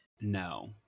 no